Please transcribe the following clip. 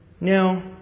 No